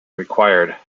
required